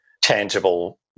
tangible